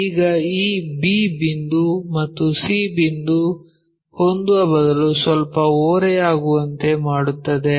ಈಗ ಈ b ಬಿಂದು ಮತ್ತು c ಬಿಂದು ಹೊಂದುವ ಬದಲು ಸ್ವಲ್ಪ ಓರೆಯಾಗುವಂತೆ ಮಾಡುತ್ತದೆ